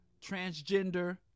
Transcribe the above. transgender